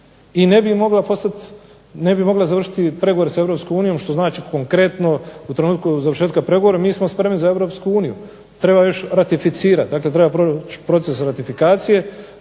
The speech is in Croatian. i ne bi mogla postati, ne bi mogla završiti pregovore s Europskom unijom, što znači konkretno u trenutku završetka pregovora mi smo spremni za Europsku uniju. Treba još ratificirati, dakle treba proći proces ratifikacije,